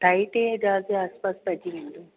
ॾाई टीह हज़ार जे आसपास पइजी वेंदो